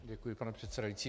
Děkuji, pane předsedající.